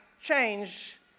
change